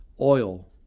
oil